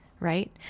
right